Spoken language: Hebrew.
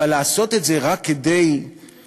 אבל לעשות את זה רק כדי לסדר